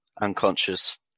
unconscious